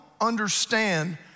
understand